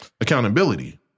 Accountability